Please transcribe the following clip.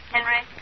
Henry